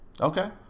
Okay